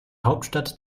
hauptstadt